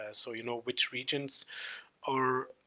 ah so you know which regions are,